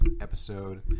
episode